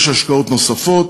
יש השקעות נוספות,